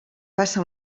passa